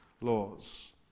laws